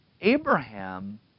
Abraham